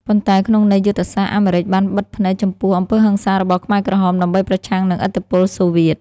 ប៉ុន្តែក្នុងន័យយុទ្ធសាស្ត្រ អាមេរិកបានបិទភ្នែកចំពោះអំពើហិង្សារបស់ខ្មែរក្រហមដើម្បីប្រឆាំងនឹងឥទ្ធិពលសូវៀត។